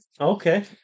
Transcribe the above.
Okay